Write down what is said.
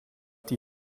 die